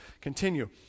continue